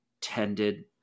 tended